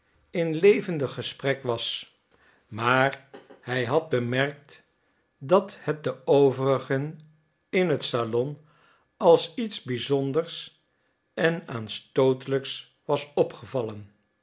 in levendig gesprek was maar hij had bemerkt dat het de overigen in het salon als iets bizonders en aanstootelijks was opgevallen